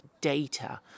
data